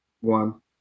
One